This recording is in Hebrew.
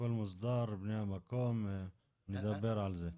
הכל מוסדר לגבי בני המקום ונדבר על זה.